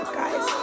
guys